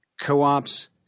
Co-ops